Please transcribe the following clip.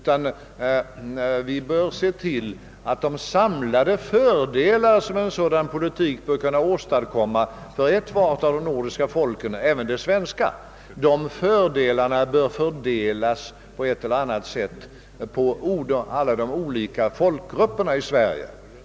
Vi bör se till att de samlade fördelar som en sådan politik borde kunna åstadkomma för ettvart av de nordiska folken även det svenska — på ett eller annat sätt fördelas på alla de olika folkgrupperna i Sverige.